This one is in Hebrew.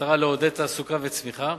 במטרה לעודד תעסוקה וצמיחה.